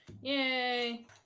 Yay